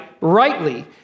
rightly